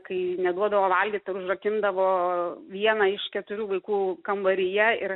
kai neduodavo valgyt ir užrakindavo vieną iš keturių vaikų kambaryje ir